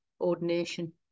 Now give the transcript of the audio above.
ordination